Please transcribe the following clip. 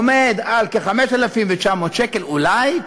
עומד על כ-5,900 שקל אולי.